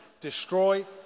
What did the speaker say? destroy